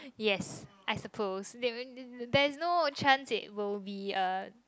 yes I suppose they there's no chance it will be a